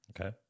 Okay